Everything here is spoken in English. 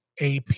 AP